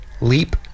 leap